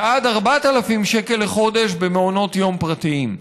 ועד 4,000 שקל לחודש במעונות יום פרטיים.